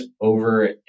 over